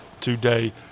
today